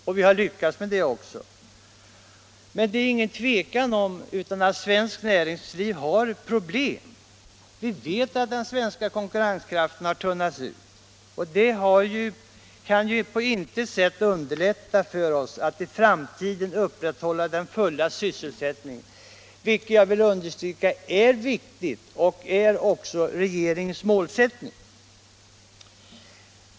Och vi har också lyckats med det. Men det är ingen tvekan om att svenskt näringsliv har problem. Den svenska konkurrenskraften har tunnats ut. Det kan på intet sätt underlätta för oss att i framtiden upprätthålla full sysselsättning, vilket — det vill jag understryka — är viktigt. Det är också regeringens målsättning.